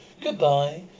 Goodbye